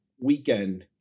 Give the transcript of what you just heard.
weekend